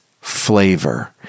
flavor